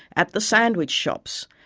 at the sandwich shops,